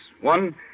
One